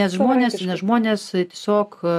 nes žmonės nes žmonės tiesiog